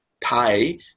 pay